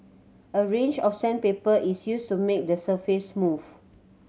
a range of sandpaper is used to make the surface smooth